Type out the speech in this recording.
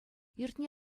иртнӗ